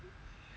I also